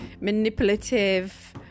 manipulative